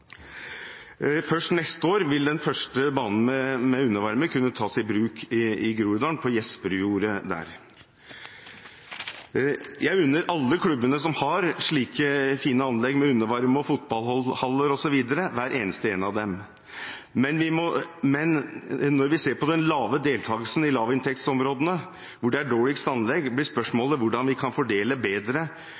Først neste år vil den første banen med undervarme kunne tas i bruk i Groruddalen, på Jesperudjordet der. Jeg unner alle klubbene som har slike fine anlegg – med undervarme, fotballhaller osv. – hvert eneste et av dem. Men når vi ser på den lave deltakelsen i lavinntektsområdene, hvor det er dårligst anlegg, blir spørsmålet hvordan vi kan fordele bedre,